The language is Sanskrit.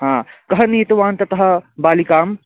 हा कः नीतवान् ततः बालिकाम्